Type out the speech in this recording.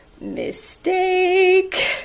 Mistake